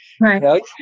right